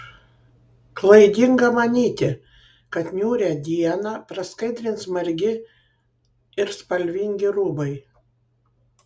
klaidinga manyti kad niūrią dieną praskaidrins margi ir spalvingi rūbai